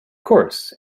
course